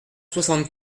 soixante